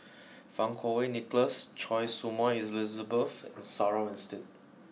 Fang Kuo Wei Nicholas Choy Su Moi Elizabeth and Sarah Winstedt